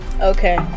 Okay